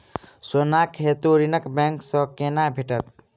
सोनाक हेतु ऋण बैंक सँ केना भेटत?